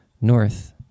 north